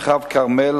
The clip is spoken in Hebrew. במרחב כרמל,